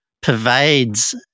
pervades